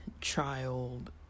child